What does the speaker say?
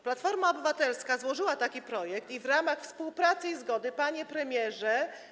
Platforma Obywatelska złożyła taki projekt i w ramach współpracy i zgody, panie premierze.